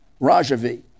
Rajavi